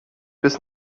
bis